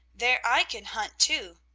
there i can hunt too.